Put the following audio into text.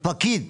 פקיד.